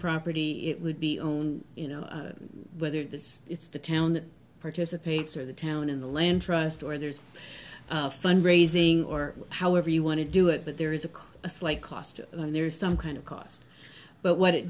property it would be owned you know whether this is the town that participates or the town in the land trust or there's a fund raising or however you want to do it but there is a cost a slight cost and there's some kind of cost but what it